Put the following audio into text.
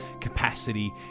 capacity